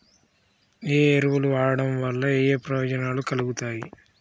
ఏ ఎరువులు వాడటం వల్ల ఏయే ప్రయోజనాలు కలుగుతయి?